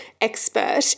expert